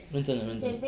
认真了认真了